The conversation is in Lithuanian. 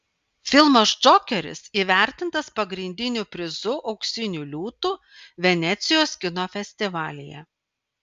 filmas džokeris įvertintas pagrindiniu prizu auksiniu liūtu venecijos kino festivalyje